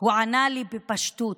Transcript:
הוא ענה לי בפשטות: